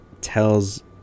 tells